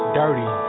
dirty